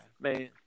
man